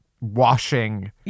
washing